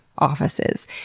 offices